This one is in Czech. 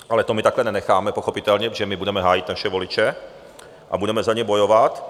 Ale to my takhle nenecháme pochopitelně, protože my budeme hájit naše voliče a budeme za ně bojovat.